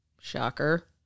Shocker